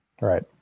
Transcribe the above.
Right